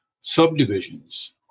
Subdivisions